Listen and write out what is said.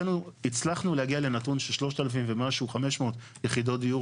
הצלחנו להגיע לנתון של 3,500 יחידות דיור,